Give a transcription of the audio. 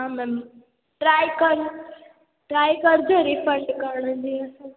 हा ma'am try कनि try करजो रीफंड करण जी असांखे